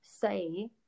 say